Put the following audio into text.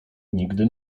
nigdy